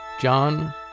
John